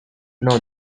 now